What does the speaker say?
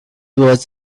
was